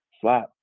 Slap